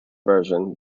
version